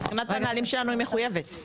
מבחינת הנהלים שלנו היא מחויבת.